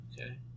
Okay